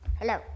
Hello